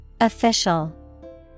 Official